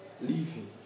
Living